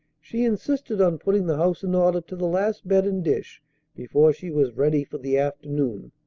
she insisted on putting the house in order to the last bed and dish before she was ready for the afternoon.